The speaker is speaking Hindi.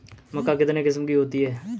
मक्का कितने किस्म की होती है?